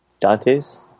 Dantes